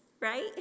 right